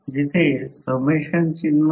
हा दुसरा भाग आहे जो कॉइलला जोडतो